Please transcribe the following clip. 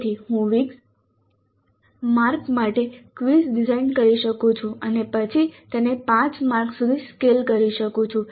તેથી હું 20 માર્ક્સ માટે ક્વિઝ ડિઝાઇન કરી શકું છું અને પછી તેને 5 માર્ક્સ સુધી સ્કેલ કરી શકું છું